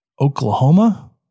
Oklahoma